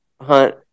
hunt